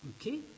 Okay